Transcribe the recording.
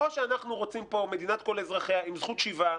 או שאנחנו רוצים פה מדינת כל אזרחיה עם זכות שיבה,